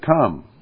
come